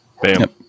Bam